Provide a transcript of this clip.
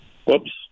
Whoops